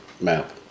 map